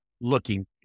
looking